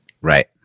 Right